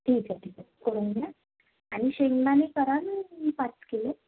ठीक आहे ठीक आहे करून घ्या आणि शेंगदाणे कराल पाच किलो